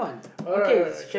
alright alright okay